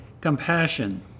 compassion